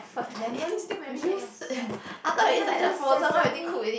lemon juice lemon juice sesame